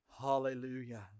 Hallelujah